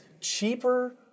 cheaper